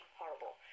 horrible